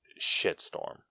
shitstorm